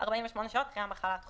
48 שעות אחרי מחלת חום.